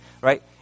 right